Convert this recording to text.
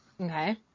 Okay